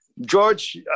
George